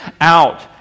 out